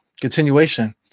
continuation